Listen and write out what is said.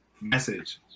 message